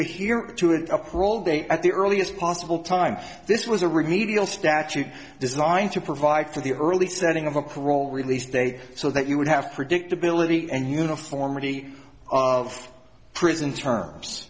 day at the earliest possible time this was a remedial statute designed to provide for the early setting of a parole release date so that you would have predictability and uniformity of prison terms